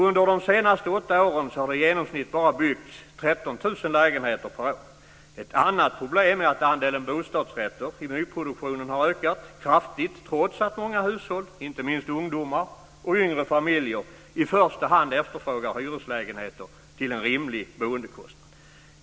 Under de senaste åtta åren har det i genomsnitt byggts bara 13 000 lägenheter per år. Ett annat problem är att andelen bostadsrätter i nyproduktionen har ökat kraftigt trots att många hushåll, inte minst ungdomar och yngre familjer, i första hand efterfrågar hyreslägenheter till en rimlig boendekostnad.